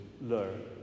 learn